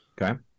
Okay